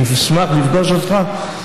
אשמח לפגוש אותך.